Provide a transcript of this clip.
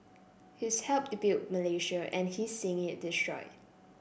he's helped built Malaysia and he's seeing it destroy